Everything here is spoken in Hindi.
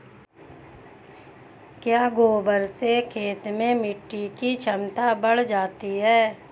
क्या गोबर से खेत में मिटी की क्षमता बढ़ जाती है?